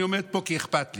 אני עומד פה כי אכפת לי.